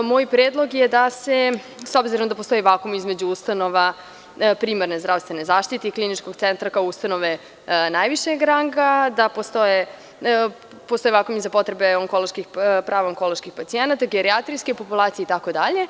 Moj predlog je da se, s obzirom da postoji vakuum između ustanova primarne zdravstvene zaštite i kliničkog centra, kao ustanove najvišeg ranga, da postoje vakuumi za potrebe prava onkoloških pacijenata, gerijatrijske populacije itd.